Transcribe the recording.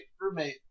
roommate